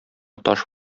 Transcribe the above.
таш